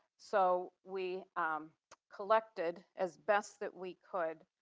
so we collected as best that we could.